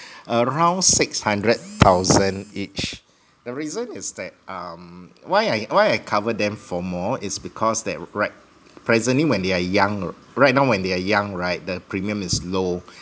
around six hundred thousand each the reason is that um why I why I cover them for more is because they right presently when they are young right now when they are young right the premium is low